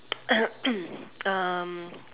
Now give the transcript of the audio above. um